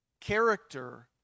Character